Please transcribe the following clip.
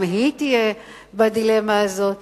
גם היא תהיה בדילמה הזאת,